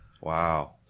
Wow